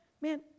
Man